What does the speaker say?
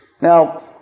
Now